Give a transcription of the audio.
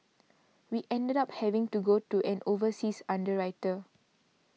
we ended up having to go to an overseas underwriter